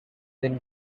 then